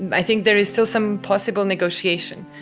i think there is still some possible negotiation,